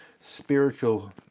spiritual